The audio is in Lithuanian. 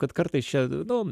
kad kartais čia nu